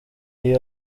iyi